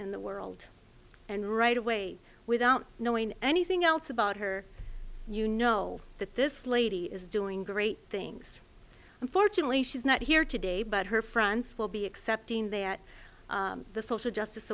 in the world and right away without knowing anything else about her you know that this lady is doing great things and fortunately she's not here today but her france will be accepting they at the social justice